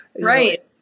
right